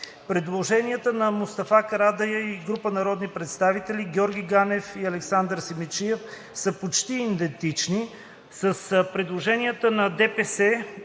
Предложенията на Мустафа Карадайъ и група народни представители и Георги Ганев и Александър Симидчиев са почти идентични. С предложенията на